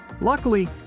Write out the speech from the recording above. Luckily